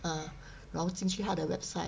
嗯然后进去它的 website